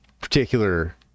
particular